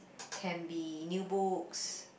can be new books